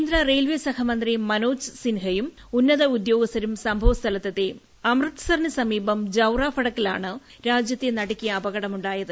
കേന്ദ്ര റെയിൽവേ സഹമന്ത്രി മനോജ് സിൻഹയും ഉന്നത ഉദ്യോഗസ്ഥരും സംഭവ സ്ഥലത്ത് എത്തി അമൃത്സറിനു സമീപം ജൌറാ ഫടകിലാണ് രാജൃത്തെ നടുക്കിയ അപകടമുണ്ടായത്